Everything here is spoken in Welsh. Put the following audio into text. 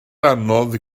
anodd